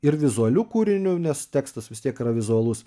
ir vizualiu kūriniu nes tekstas vis tiek yra vizualus